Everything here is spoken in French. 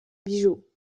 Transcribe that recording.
bijoux